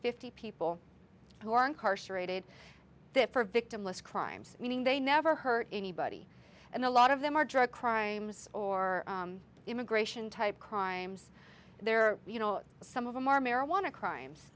fifty people who are incarcerated for victimless crimes meaning they never hurt anybody and a lot of them are drug crimes or immigration type crimes there you know some of them are marijuana crimes